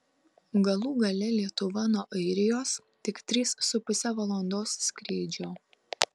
galų gale lietuva nuo airijos tik trys su puse valandos skrydžio